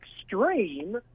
extreme